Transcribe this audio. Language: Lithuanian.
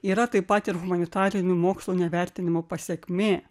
yra taip pat ir humanitarinių mokslų nevertinimo pasekmė